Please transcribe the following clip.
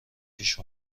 پیش